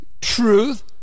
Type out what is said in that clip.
truth